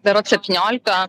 berods septyniolika